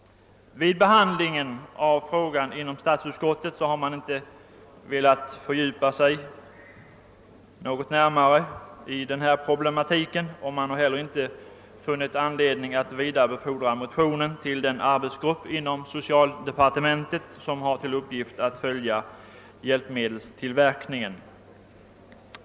Vid behandlingen av frågan har statsutskottet inte närmare velat gå in på denna problematik och har inte heller funnit anledning att vidarebefordra motionen till den arbetsgrupp inom socialdepartementet, som har till uppgift att följa hjälpmedelstillverkningen.